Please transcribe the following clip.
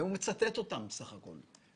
חבר הכנסת דב חנין מצטט אותם סך הכל.